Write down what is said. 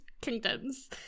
Kingdoms